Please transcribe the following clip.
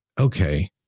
okay